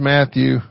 Matthew